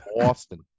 Austin